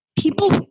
people